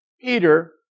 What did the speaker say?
Peter